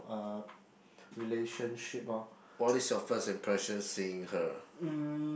relationship lor